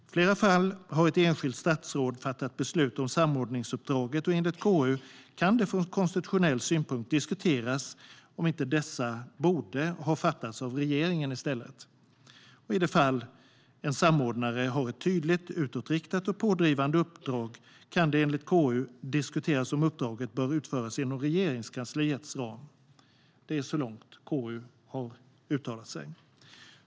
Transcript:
I flera fall har ett enskilt statsråd fattat beslut om samordningsuppdraget, och enligt KU kan det från konstitutionell synpunkt diskuteras om inte dessa borde ha fattats av regeringen i stället. I de fall en samordnare har ett tydligt utåtriktat och pådrivande uppdrag kan det enligt KU diskuteras om uppdraget bör utföras inom Regeringskansliets ram. Det är så långt KU har uttalat sig. Herr talman!